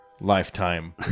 lifetime